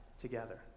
together